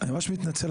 אני ממש מתנצל,